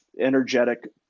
energetic